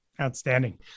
Outstanding